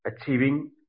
achieving